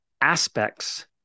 aspects